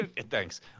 Thanks